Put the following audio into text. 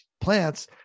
plants